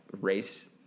race